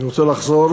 אני רוצה לחזור,